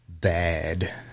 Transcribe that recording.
bad